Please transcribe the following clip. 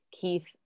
Keith